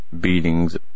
Beatings